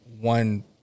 one